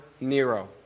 Nero